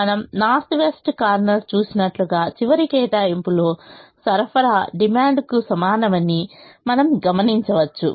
మనము north west కార్నర్లో చూసినట్లుగా చివరి కేటాయింపులో సరఫరా డిమాండ్కు సమానమని మనము గమనించవచ్చు